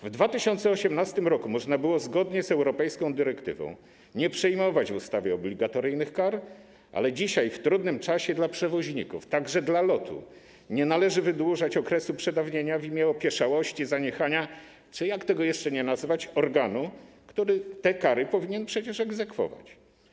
W 2018 r. można było zgodnie z europejską dyrektywą nie przyjmować w ustawie obligatoryjnych kar, ale dzisiaj, w trudnym czasie dla przewoźników, także dla LOT-u, nie należy wydłużać okresu przedawnienia w imię opieszałości, zaniechania, jakkolwiek to jeszcze nazwać, organu, który te kary powinien przecież egzekwować.